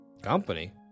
Company